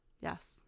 Yes